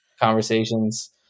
conversations